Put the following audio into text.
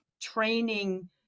training